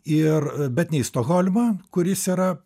ir bet ne į stokholmą kuris yra